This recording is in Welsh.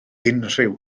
unrhyw